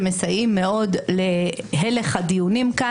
שמסייעים מאוד להליך הדיונים כאן.